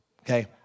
okay